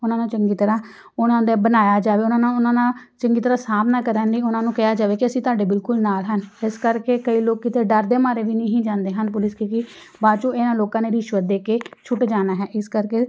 ਉਹਨਾਂ ਨੂੰ ਚੰਗੀ ਤਰ੍ਹਾਂ ਉਹਨਾਂ ਦੇ ਬਣਾਇਆ ਜਾਵੇ ਉਹਨਾਂ ਨਾਲ ਉਹਨਾਂ ਨਾਲ ਚੰਗੀ ਤਰ੍ਹਾਂ ਸਾਂਭ ਨਾ ਕਰਨ ਨਹੀਂ ਉਹਨਾਂ ਨੂੰ ਕਿਹਾ ਜਾਵੇ ਕਿ ਅਸੀਂ ਤੁਹਾਡੇ ਬਿਲਕੁਲ ਨਾਲ ਹਨ ਇਸ ਕਰਕੇ ਕਈ ਲੋਕ ਤਾਂ ਡਰਦੇ ਮਾਰੇ ਵੀ ਨਹੀਂ ਜਾਂਦੇ ਹਨ ਪੁਲਿਸ ਕਿਉਂਕਿ ਬਾਅਦ 'ਚੋਂ ਇਹਨਾਂ ਲੋਕਾਂ ਨੇ ਰਿਸ਼ਵਤ ਦੇ ਕੇ ਛੁੱਟ ਜਾਣਾ ਹੈ ਇਸ ਕਰਕੇ